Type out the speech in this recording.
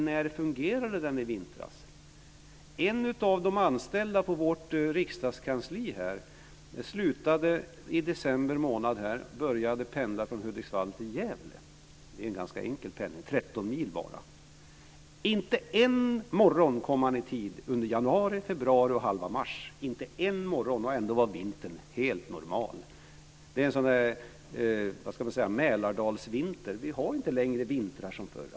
När fungerade den i vintras? En av de anställda på vårt riksdagskansli slutade i december månad här på riksdagen och började pendla från Hudiksvall till Gävle. Det är en ganska enkel pendelsträcka på bara 13 mil. Inte en morgon kom han i tid under januari, februari och halva mars! Ändå var vintern helt normal. Det var en mälardalsvinter. Vi har inte längre vintrar som förr.